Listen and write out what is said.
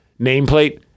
Nameplate